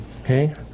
Okay